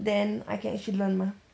then I can actually learn mah